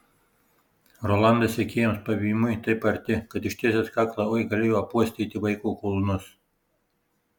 rolandas sekėjams pavymui taip arti kad ištiesęs kaklą oi galėjo apuostyti vaiko kulnus